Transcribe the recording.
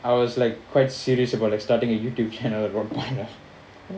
I was like quite serious about like starting a youtube channel at one point ah